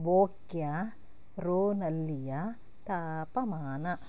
ಬೋಕ್ಯಾರೋನಲ್ಲಿಯ ತಾಪಮಾನ